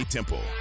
Temple